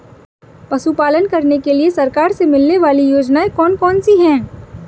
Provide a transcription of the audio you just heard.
पशु पालन करने के लिए सरकार से मिलने वाली योजनाएँ कौन कौन सी हैं?